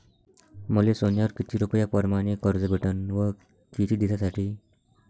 मले सोन्यावर किती रुपया परमाने कर्ज भेटन व किती दिसासाठी?